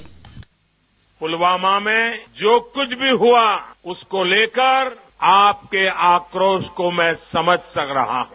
bite Pulwama में जो कुछ भी हुआ उसको लेकर आपके आक्रोश को मैं समझ रहा हूं